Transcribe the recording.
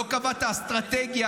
לא קבעת אסטרטגיה,